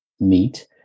meat